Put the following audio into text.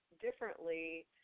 differently